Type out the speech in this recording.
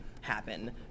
happen